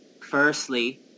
firstly